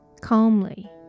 calmly